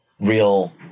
real